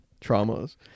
traumas